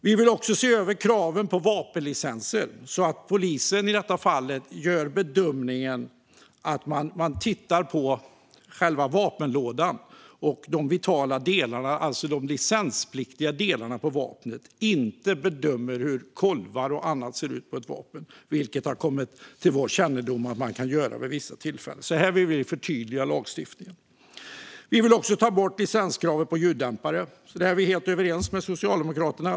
Vi vill också se över kraven på vapenlicenser så att polisen bedömer själva vapenlådan och de vitala delarna av vapnet, alltså de licenspliktiga delarna, och inte hur kolvar och annat ser ut, vilket det har kommit till vår kännedom att man kan göra vid vissa tillfällen. Här vill vi förtydliga lagstiftningen. Vi vill också ta bort licenskravet på ljuddämpare. Där är vi helt överens med Socialdemokraterna.